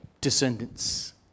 descendants